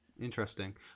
Interesting